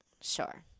sure